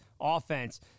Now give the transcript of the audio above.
offense